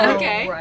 okay